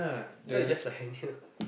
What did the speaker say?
this one you just just like an idea